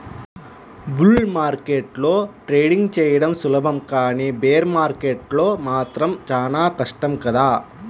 bull మార్కెట్లో trading చెయ్యడం సులభం కానీ బేర్ మార్కెట్లో మాత్రం చానా కష్టం కదా